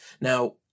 now